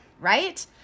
Right